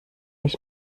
ich